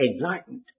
enlightened